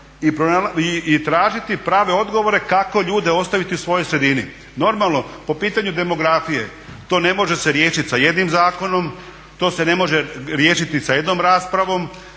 i tražiti prave odgovore kako ljude ostaviti u svojoj sredini. Normalno, po pitanju demografije to ne može se riješiti sa jednim zakonom, to se ne može riješiti sa jednom raspravom,